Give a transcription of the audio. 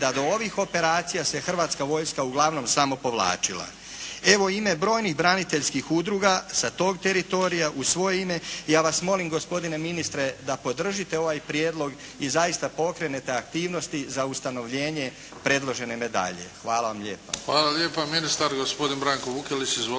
da do ovih operacija se Hrvatska vojska uglavnom samo povlačila. Evo, u ime brojnih braniteljskih udruga sa tog teritorija u svoje ime ja vas molim gospodine ministre da podržite ovaj prijedlog i zaista pokrenete aktivnosti za ustanovljenje predložene medalje. Hvala vam lijepa.